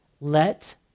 Let